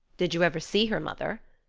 did you ever see her, mother?